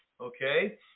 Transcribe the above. Okay